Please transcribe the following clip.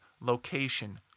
location